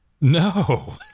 No